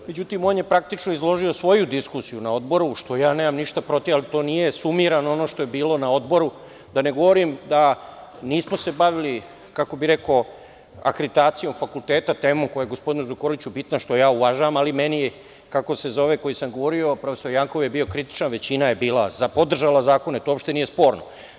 Međutim, on je praktično izložio svoju diskusiju na Odbora, što ja nemam ništa protiv, ali nije sumirano ono što je bilo na Odboru, da ne govorim da se nismo bavili, kako bi rekao akreditacijom fakulteta, temom koja je gospodinu Zukorliću bitna, što ja uvažavam, ali meni koji sam govorio, a profesor Jankov je bio kritičan, većina je bila za, podržala je zakone, to uopšte nije sporno.